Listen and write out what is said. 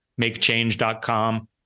makechange.com